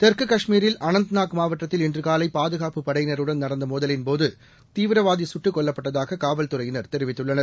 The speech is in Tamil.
தெற்கு காஷ்மீரில் அனந்தநாக் மாவட்டத்தில் இன்று காலை பாதுகாப்புப் படையினருடன் நடந்த மோதலின்போது தீவிரவாதி சுட்டுக் கொல்லப்பட்டதாக காவல்துறையினர் தெரிவித்துள்ளனர்